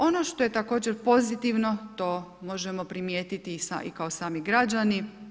Ono što je također pozitivno, to možemo primijetiti i kako sami građani.